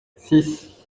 six